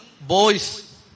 Boys